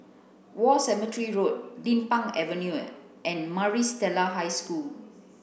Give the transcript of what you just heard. War Cemetery Road Din Pang Avenue and Maris Stella High School